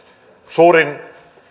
suurin